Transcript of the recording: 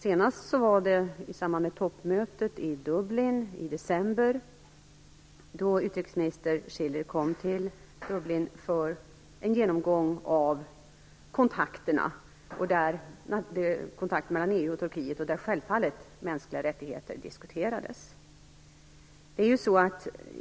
Senast skedde det i samband med toppmötet i december, då utrikesminister ÇCiller kom till Dublin för en genomgång av kontakterna mellan EU och Turkiet. Självfallet diskuterades mänskliga rättigheter där.